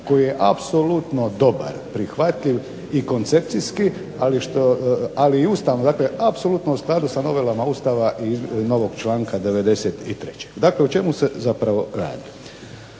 koji je apsolutno dobar, prihvatljiv i koncepcijski, ali i ustavno, dakle apsolutno u skladu sa novelama Ustava i novog članka 93. Dakle, o čemu se zapravo radi?